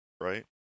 right